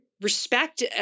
respect